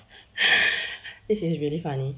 this is really funny